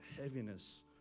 heaviness